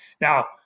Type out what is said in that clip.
Now